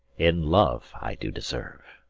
in love i do deserve.